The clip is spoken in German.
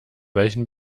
welchen